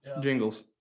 jingles